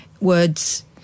Words